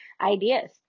ideas